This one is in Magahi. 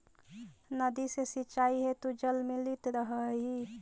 नदी से सिंचाई हेतु जल मिलित रहऽ हइ